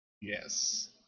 Yes